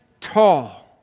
tall